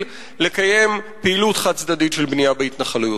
לקיים פעילות חד-צדדית של בנייה בהתנחלויות.